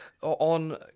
on